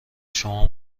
شما